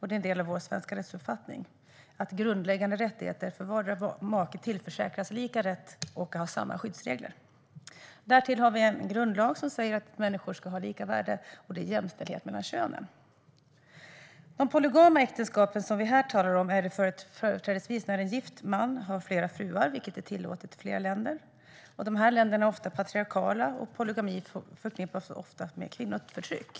Det är en del av vår svenska rättsuppfattning och en grundläggande rättighet att vardera maken tillförsäkras lika rätt och samma skyddsregler. Därtill har vi en grundlag som slår fast människors lika värde och att det ska råda jämställdhet mellan könen. I de polygama äktenskap vi här talar om är det företrädesvis en man som är gift med flera fruar. Detta är tillåtet i flera länder, och dessa länder är ofta patriarkala. Polygami förknippas ofta med kvinnoförtryck.